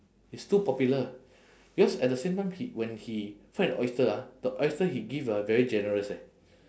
he's too popular because at the same time he when he fry the oyster ah the oyster he give ah very generous eh